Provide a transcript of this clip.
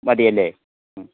മതിയല്ലെ ഉം